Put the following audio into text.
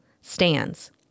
stands